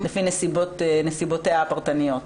לפי נסיבותיה הפרטניות?